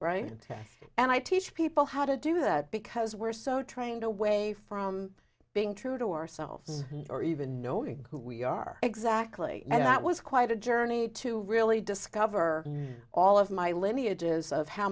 right and i teach people how to do that because we're so trying to way from being true to ourselves or even knowing who we are exactly and that was quite a journey to really discover all of my lineages of how